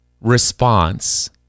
response